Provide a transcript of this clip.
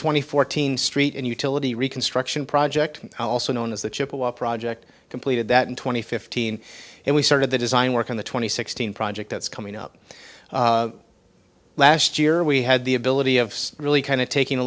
twenty fourteenth street and utility reconstruction project also known as the chippewa project completed that in two thousand and fifteen and we started the design work on the twenty sixteen project that's coming up last year we had the ability of really kind of taking a